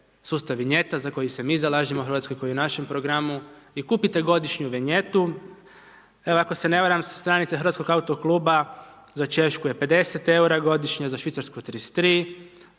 sustav vinjeta, za koji se mi zalažemo u Hrvatskoj, koji je u našem programu i kupite godišnju vinjetu. Ako se ne varam sa stranica HAK, za Češku je 50 eura godišnje, za Švicarsku 33,